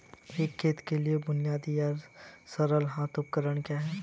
एक खेत के लिए बुनियादी या सरल हाथ उपकरण क्या हैं?